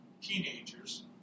teenagers